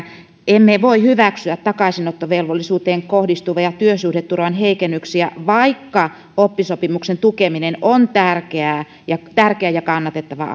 emme voi hyväksyä takaisinottovelvollisuuteen kohdistuvia työsuhdeturvan heikennyksiä vaikka oppisopimuksen tukeminen on tärkeä ja kannatettava